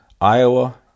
Iowa